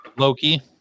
Loki